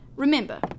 Remember